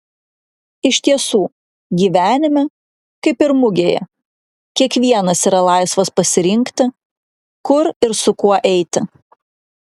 iš tiesų gyvenime kaip ir mugėje kiekvienas yra laisvas pasirinkti kur ir su kuo eiti